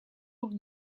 тут